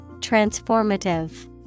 Transformative